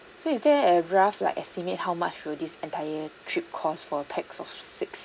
so is there a rough like estimate how much will this entire trip costs for a pax of six